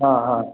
हाँ हाँ